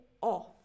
off